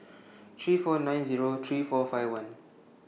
three four nine Zero three four five one